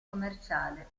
commerciale